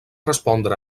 respondre